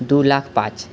दू लाख पाँच